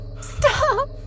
Stop